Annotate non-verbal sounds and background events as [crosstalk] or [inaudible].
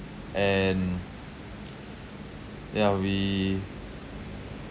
and [noise] yeah we